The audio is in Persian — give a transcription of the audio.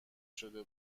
شده